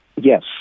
Yes